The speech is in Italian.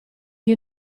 che